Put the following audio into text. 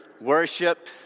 worship